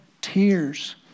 tears